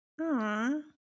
Aww